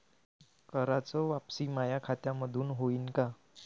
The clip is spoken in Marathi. कराच वापसी माया खात्यामंधून होईन का?